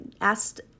asked